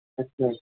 अच्छा